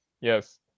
yes